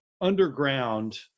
underground